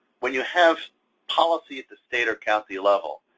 when you have policy at the state or county level,